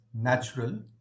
natural